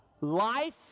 Life